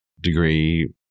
degree